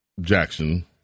Jackson